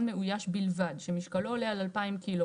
מאויש בלבד שמשקלו עולה על 2,000 ק"ג,